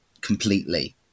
completely